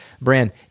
brand